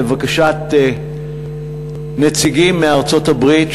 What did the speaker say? לבקשת נציגים מארצות-הברית,